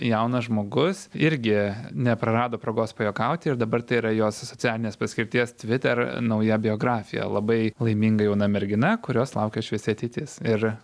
jaunas žmogus irgi neprarado progos pajuokauti ir dabar tai yra jos socialinės paskirties twitter nauja biografija labai laiminga jauna mergina kurios laukia šviesi ateitis ir